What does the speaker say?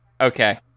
okay